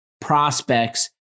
prospects